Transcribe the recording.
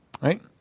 right